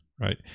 right